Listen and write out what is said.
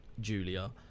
Julia